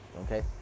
Okay